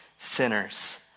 sinners